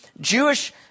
Jewish